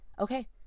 okay